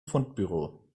fundbüro